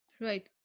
Right